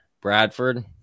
Bradford